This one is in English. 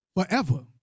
forever